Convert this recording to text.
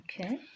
okay